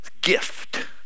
gift